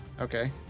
Okay